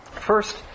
First